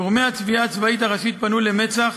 גורמי התביעה הצבאית הראשית פנו למצ"ח,